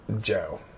Joe